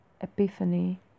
epiphany